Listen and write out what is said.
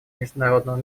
международного